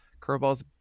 curveballs